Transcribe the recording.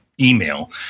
email